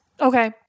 Okay